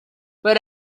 but